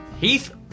Heath